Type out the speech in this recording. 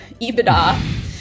EBITDA